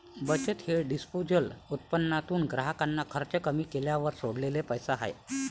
बचत हे डिस्पोजेबल उत्पन्नातून ग्राहकाचे खर्च कमी केल्यावर सोडलेला पैसा आहे